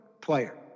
player